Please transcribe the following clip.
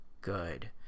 good